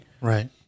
Right